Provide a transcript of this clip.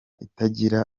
itagira